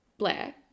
Blair